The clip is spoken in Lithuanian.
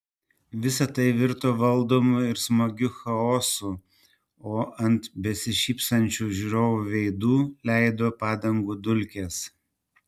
visa tai virto valdomu ir smagiu chaosu o ant besišypsančių žiūrovų veidų leido padangų dulkes